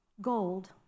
gold